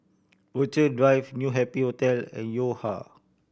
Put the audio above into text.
Rochalie Drive New Happy Hotel and Yo Ha